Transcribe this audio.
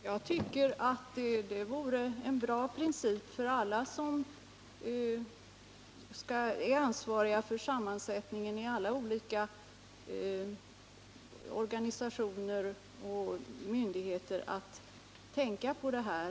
Herr talman! Jag tycker att detta är en bra princip att tänka på för alla som är ansvariga för sammansättningen av olika organisationer och myndigheter.